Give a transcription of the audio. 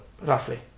roughly